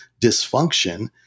dysfunction—